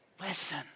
Listen